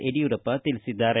ಯಡಿಯೂರಪ್ಪ ತಿಳಿಸಿದ್ದಾರೆ